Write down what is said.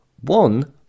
One